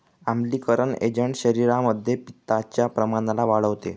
आम्लीकरण एजंट शरीरामध्ये पित्ताच्या प्रमाणाला वाढवते